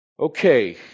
Okay